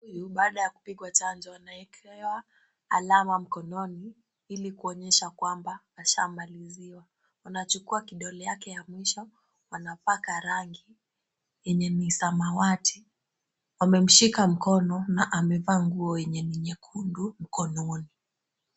Baada ya kupigwa chanjo anaekewa alama mkononi ili kuonyesha kwamba ashamaliziwa. Wanachukua kidole yake ya mwisho wanapaka rangi yenye ni samawati. Wamemshika mkono na amevaa nguo yenye ni nyekundu mkononi.